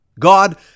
God